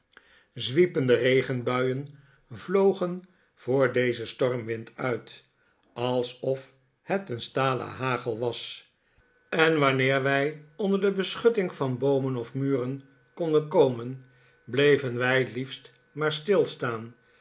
waaien zwiepende regenbuien vlogen voor dezen stormwind uit alsof het een stalen hagel was en wanneer wij onder de beschutting van boomen of muren konden komen bleven wij liefst maar stilstaan